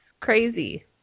crazy